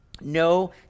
no